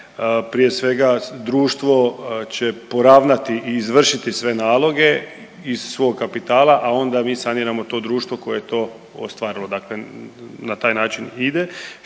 prije svega, društvo će poravnati i izvršiti sve naloge iz svog kapitala, a onda mi saniramo to društvo koje je to ostvarilo, dakle na taj način ide.